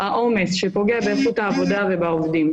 העומס שפוגע באיכות העבודה ובעובדים,